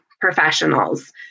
professionals